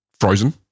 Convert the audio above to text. frozen